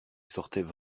sortaient